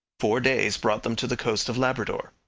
four days brought them to the coast of labrador.